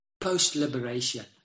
post-liberation